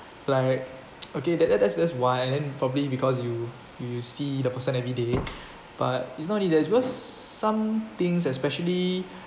like okay that that that's that's why and then probably because you you see the person every day but it's not only that because some things especially